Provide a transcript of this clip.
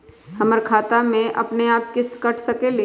हमर खाता से अपनेआप किस्त काट सकेली?